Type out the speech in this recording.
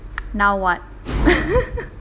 now what